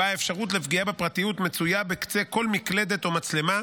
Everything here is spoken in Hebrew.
שבה האפשרות לפגיעה בפרטיות מצויה בקצה כל מקלדת או מצלמה,